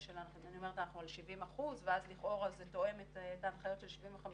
אני אומרת שאנחנו על 70% ואז לכאורה זה תואם את ההנחיות של 75%,